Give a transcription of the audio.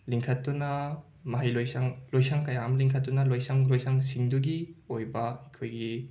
ꯂꯤꯡꯈꯠꯇꯨꯅ ꯃꯍꯩꯂꯣꯏꯁꯪ ꯂꯣꯏꯁꯪ ꯀꯌꯥ ꯑꯃ ꯂꯤꯡꯈꯠꯇꯨꯅ ꯂꯣꯏꯁꯪ ꯂꯣꯏꯁꯪꯁꯤꯡꯗꯨꯒꯤ ꯑꯣꯏꯕ ꯑꯩꯈꯣꯏꯒꯤ